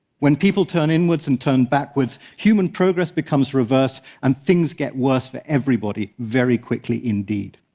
when people turn inwards and turn backwards, human progress becomes reversed and things get worse for everybody very quickly indeed.